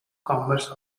commerce